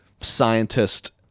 scientist